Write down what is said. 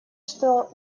что